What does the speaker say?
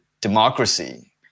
democracy